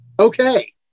Okay